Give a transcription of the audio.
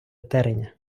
тереня